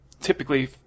typically